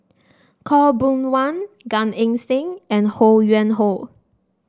Khaw Boon Wan Gan Eng Seng and Ho Yuen Hoe